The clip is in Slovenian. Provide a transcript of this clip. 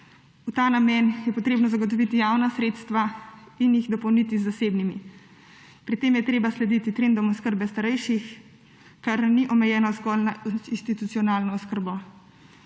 V ta namen je treba zagotoviti javna sredstva in jih dopolniti z zasebnimi. Pri tem je treba slediti trendom oskrbe starejših, kar ni omejeno zgolj na institucionalno oskrbo.